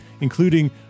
including